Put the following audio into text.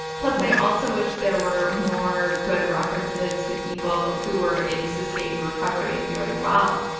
plus, i also wish there were more good references to people who were in sustained recovery and doing well.